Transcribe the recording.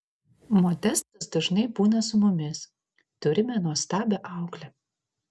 modestas dažnai būna su mumis turime nuostabią auklę